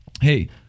Hey